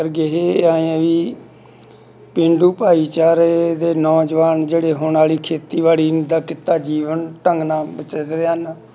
ਆਂਏ ਆ ਵੀ ਪੇਂਡੂ ਭਾਈਚਾਰੇ ਦੇ ਨੌਜਵਾਨ ਜਿਹੜੇ ਹੁਣ ਵਾਲੀ ਖੇਤੀਬਾੜੀ ਦਾ ਕਿੱਤਾ ਜੀਵਨ ਢੰਗ ਨਾਲ ਹਨ